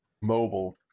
mobile